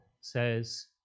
says